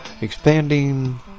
Expanding